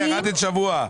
בסדר.